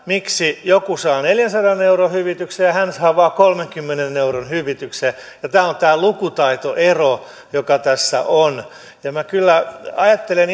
miksi joku saa neljänsadan euron hyvityksen ja hän saa vain kolmenkymmenen euron hyvityksen tämä on tämä lukutaitoero joka tässä on ja minä kyllä ajattelen